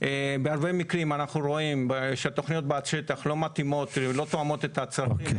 בהרבה מקרים אנחנו רואים שהתכניות בשטח לא תואמות את הצרכים,